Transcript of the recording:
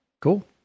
Cool